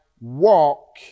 walk